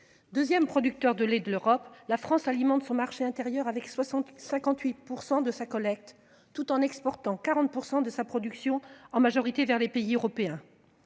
2ème, producteur de lait de l'Europe, la France alimente son marché intérieur avec 60 58 % de sa collecte tout en exportant 40% de sa production en majorité vers les pays européens.